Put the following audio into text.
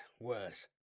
worse